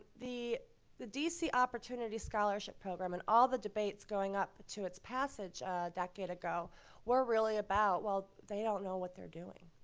the the d c. opportunity scholarship program and all the debates going up to its passage a decade were really about, well, they don't know what they're doing.